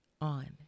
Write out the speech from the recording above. on